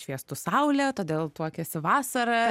šviestų saulė todėl tuokiasi vasarą